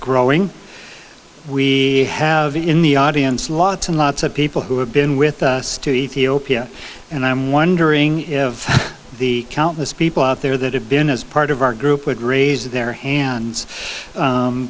growing we have in the audience lots and lots of people who have been with us to ethiopia and i'm wondering if the countless people out there that have been as part of our group would raise their hand